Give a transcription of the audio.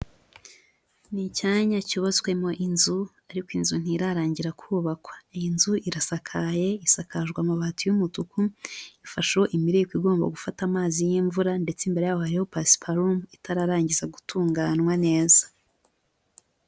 Ni icyanya cyubatswemo inzu, ariko inzu ntirarangira kubakwa. Iyi nzu irasakaye, isakajwe amabati y'umutuku, ifasheho imireko igomba gufata amazi y'imvura, ndetse imbere yaho hariho pasiparume itararangiza gutunganywa neza.